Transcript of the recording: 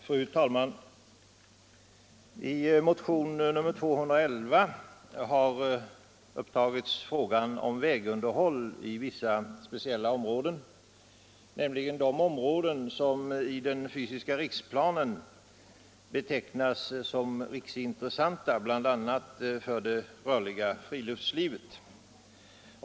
Fru talman! I motionen 211 har tagits upp frågan om vägunderhåll i vissa speciella områden, nämligen de områden som i den fysiska riksplanen betecknas som riksintressanta bl.a. för det rörliga friluftslivet.